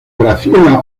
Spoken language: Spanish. graciela